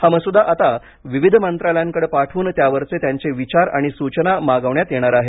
हा मसुदा आता विविध मंत्रालयांकडे पाठवून त्यावरचे त्यांचे विचार आणि सूचना मागवण्यात येणार आहेत